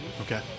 Okay